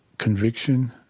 conviction.